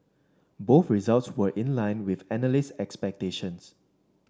both results were in line with analyst expectations